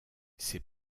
ses